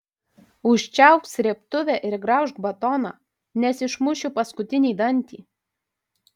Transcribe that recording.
užčiaupk srėbtuvę ir graužk batoną nes išmušiu paskutinį dantį